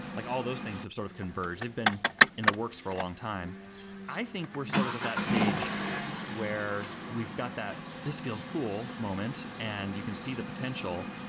like all those things have sort of converged. they've been in the works for a long time i think we're sort of at that stage where we've got that this-feels-cool moment, and you can see the potential.